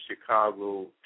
Chicago